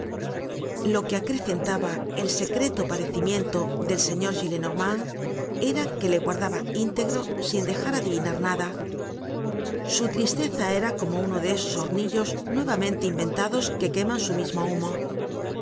lo que acrecentaba el secreto padecimiento del señor gillenormand era que le guardaba íntegro sin dejar adivinar nada su tristeza era como uno de esos hornillos nuevamente inventados que queman su mismo humo